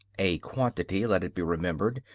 a quantity, let it be remembered,